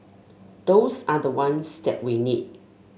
those are the ones that we need